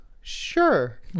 Sure